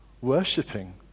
worshipping